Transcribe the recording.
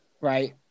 Right